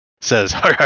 says